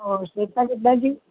ਹੋਰ ਸਿਹਤਾਂ ਕਿੱਦਾਂ ਜੀ